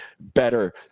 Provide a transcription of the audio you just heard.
better